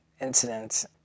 incidents